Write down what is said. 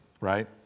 right